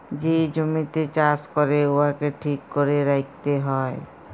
যে জমিতে চাষ ক্যরে উয়াকে ঠিক ক্যরে রাইখতে হ্যয়